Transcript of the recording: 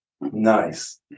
Nice